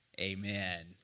Amen